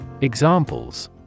Examples